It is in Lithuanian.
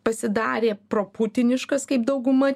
pasidarė pro putiniškas kaip dauguma